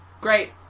Great